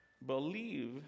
Believe